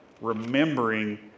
remembering